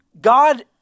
God